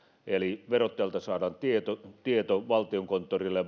eli verottajalta saadaan tieto tieto valtiokonttorille